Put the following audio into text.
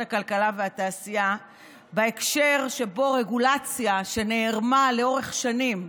הכלכלה והתעשייה בהקשר שבו רגולציה שנערמה לאורך שנים,